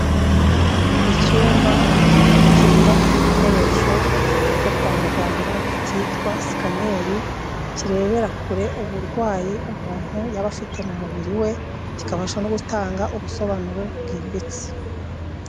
Icyumba kirimo igikoresho cyo kwa muganga cyitwa Scanneri, kirebera kure uburwayi umuntu yaba afite mu mubiri we, kikabasha no gutanga ubusobanuro bwimbitse.